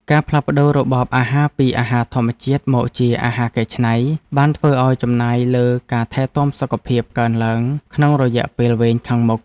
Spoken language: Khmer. ការផ្លាស់ប្តូររបបអាហារពីអាហារធម្មជាតិមកជាអាហារកែច្នៃ បានធ្វើឱ្យចំណាយលើការថែទាំសុខភាពកើនឡើងក្នុងរយៈពេលវែងខាងមុខ។